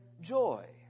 joy